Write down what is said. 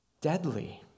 deadly